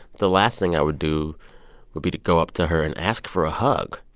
the last thing i would do would be to go up to her and ask for a hug.